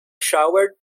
shower